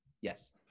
Yes